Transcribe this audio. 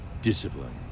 discipline